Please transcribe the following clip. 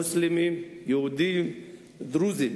מוסלמים, יהודים ודרוזים.